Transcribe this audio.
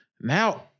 now